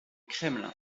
kremlin